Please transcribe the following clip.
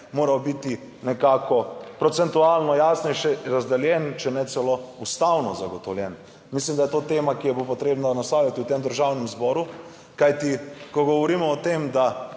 moral biti nekako procentualno jasnejše razdeljen, če ne celo ustavno zagotovljen. Mislim, da je to tema, ki jo bo potrebno naslavljati v tem Državnem zboru, kajti ko govorimo o tem, da